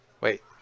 wait